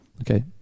Okay